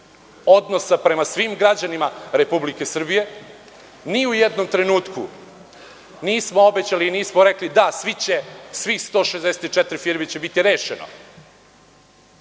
odnosa prema svim građanima Republike Srbije. Ni u jednom trenutku nismo obećali, nismo rekli – da, svih 164 firmi će biti rešeno,